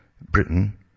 Britain